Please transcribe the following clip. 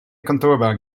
kantoorbaan